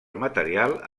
material